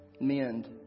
mend